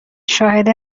شاهد